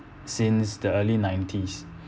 since the early nineties